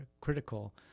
critical